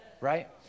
Right